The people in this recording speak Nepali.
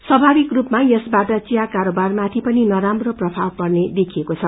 स्वभाविक स्पमा यसबाट घिया कारोबारमाथि पनि नराम्रो प्रभाव पेर्न देखिएको छ